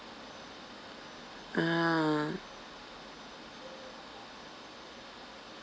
uh